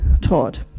taught